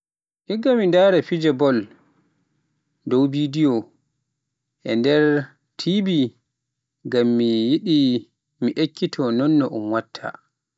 Igga mi ndara fije bol dow bidiyo, e nder TV, ngam mi yiɗi mi ekkito nonno un watta.